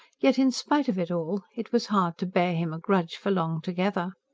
yet, in spite of it all, it was hard to bear him a grudge for long together.